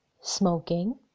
smoking